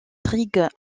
intrigue